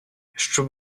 щоб